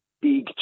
Big